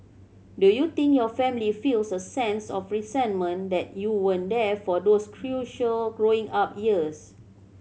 do you think your family feels a sense of resentment that you weren't there for those crucial growing up years